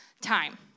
time